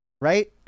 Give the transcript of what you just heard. right